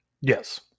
Yes